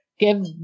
give